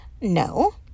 No